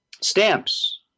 Stamps